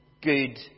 good